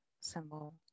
symbol